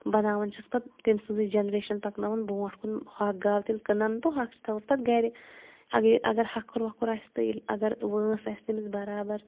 بَناوان چھِس پَتہٕ تٔمۍ سٕنٛزٕے جَنریشَن پَکناوَن برٛونٛٹھ کُن ہۅکھ گاو تیٚلہِ کٕنان تہٕ ہۅکھ چھِ تھاوان پَتہٕ گَرِ اَگَر ہَکھُر وَکھُر آسہِ تہٕ ییٚلہِ اَگَر وٲنٛس آسہِ تٔمِس بَرابَر تہٕ